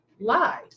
lies